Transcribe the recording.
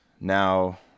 Now